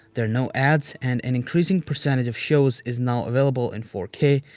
there are no ads and an increasing percentage of shows is now available in four k,